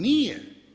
Nije.